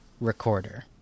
recorder